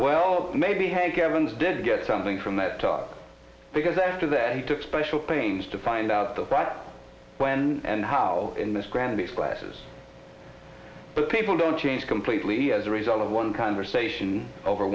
well maybe hank evans did get something from the top because after that he took special pains to find out the but when and how in miss granby flashes but people don't change completely as a result of one conversation over